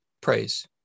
praise